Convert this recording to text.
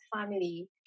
family